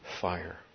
fire